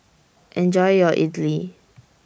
Enjoy your Idly